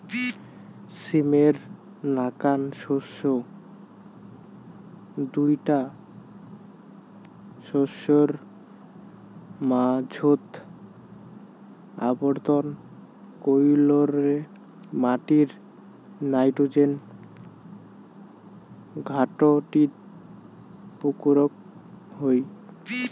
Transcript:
সীমের নাকান শস্য দুইটা শস্যর মাঝোত আবর্তন কইরলে মাটির নাইট্রোজেন ঘাটতি পুরুক হই